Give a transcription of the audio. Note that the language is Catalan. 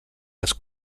les